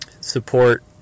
support